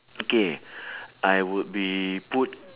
okay I would be put